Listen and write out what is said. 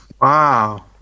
Wow